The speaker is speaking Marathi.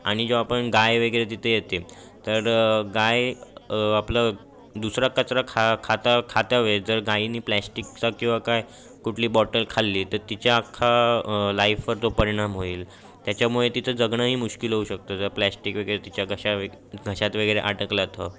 आणि जो आपण गाय वगैरे तिथे येते तर गाय आपलं दुसरा कचरा खा खाता खाता वेळेस जर गायीने प्लॅश्टीकचा किंवा काही कुठली बॉटल खाल्ली तर तिच्या अख्खा लाईफवर तो परिणाम होईल त्याच्यामुळे तिचं जगणंही मुश्किल होऊ शकतं जर प्लॅश्टीक वगैरे तिच्या गशा वे घशात वगैरे अडकलं तर